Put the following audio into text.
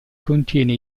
contiene